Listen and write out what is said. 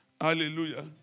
Hallelujah